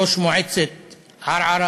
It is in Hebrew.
ראש מועצת ערערה,